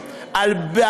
על מי אתם מגינים?